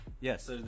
Yes